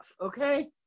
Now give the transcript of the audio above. okay